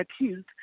accused